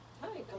Hi